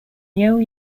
yale